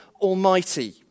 Almighty